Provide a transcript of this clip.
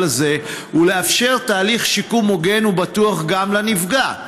הזה ולאפשר תהליך שיקום הוגן ובטוח גם לנפגע.